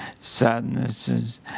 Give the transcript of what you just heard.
sadnesses